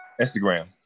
Instagram